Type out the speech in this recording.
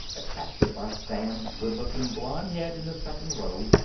attracted by sam's good-looking blond head in the second row,